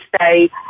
say